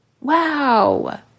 Wow